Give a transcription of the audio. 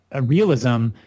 realism